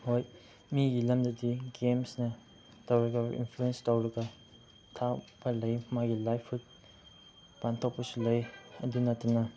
ꯍꯣꯏ ꯃꯤꯒꯤ ꯂꯝꯗꯗꯤ ꯒꯦꯝꯁꯅ ꯇꯧꯔꯒ ꯏꯟꯐ꯭ꯂꯨꯋꯦꯟꯁ ꯇꯧꯔꯒ ꯊꯥꯛꯄ ꯂꯩ ꯃꯥꯒꯤ ꯂꯥꯏꯐꯍꯨꯠ ꯄꯥꯡꯊꯣꯛꯄꯁꯨ ꯂꯩ ꯑꯗꯨ ꯅꯠꯇꯅ